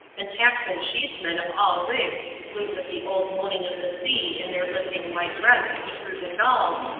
and tacks-and-sheetsmen of all rigs blew with the old moaning of the sea in their lifting white breasts through the gulls,